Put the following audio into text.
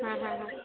ਹਮ ਹਮ ਹਮ